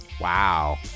Wow